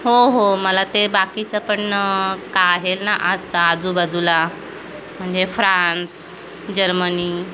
हो हो मला ते बाकीचं पण काय आहे ना आज आजूबाजूला म्हणजे फ्रान्स जर्मनी